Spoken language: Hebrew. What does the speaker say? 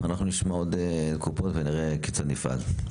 אנחנו נשמע עוד קופות ונראה כיצד נפעל.